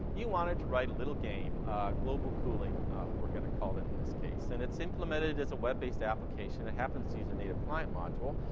you wanted to write a little game global cooling we're gonna call it in this case and it's implemented as a web-based application. it happens to use a native client module,